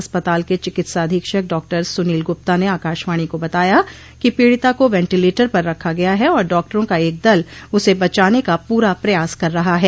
अस्पताल के चिकित्सा अधीक्षक डॉ सुनील गुप्ता ने आकाशवाणी को बताया कि पीडिता को वेंटीलेटर पर रखा गया है और डॉक्टरों का एक दल उसे बचाने का पूरा प्रयास कर रहा है